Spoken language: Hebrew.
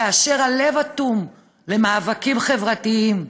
כאשר הלב אטום למאבקים חברתיים,